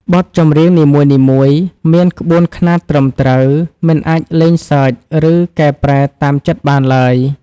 បទចម្រៀងនីមួយៗមានក្បួនខ្នាតត្រឹមត្រូវ មិនអាចលេងសើច ឬកែប្រែតាមចិត្តបានឡើយ។